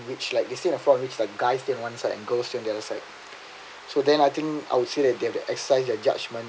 which like they still in a floor which the guys in one side and girls to the other side so then I think I would say that they've that excise their judgment